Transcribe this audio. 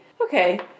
okay